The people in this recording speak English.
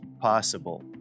possible